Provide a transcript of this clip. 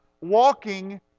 walking